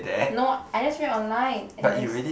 no I just read online and there's